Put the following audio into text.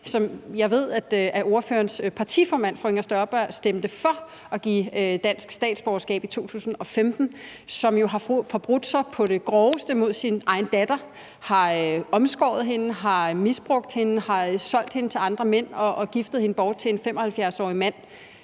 jeg ved at ordførerens partiformand, fru Inger Støjberg, stemte for at give dansk statsborgerskab 2015. Han har jo forbrudt sig på det groveste mod sin egen datter her, har omskåret hende, har misbrugt hende, har solgt hende til andre mænd og giftet hende, sin 12-årige